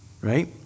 right